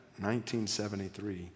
1973